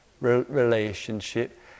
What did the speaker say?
relationship